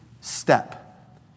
step